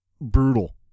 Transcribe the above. brutal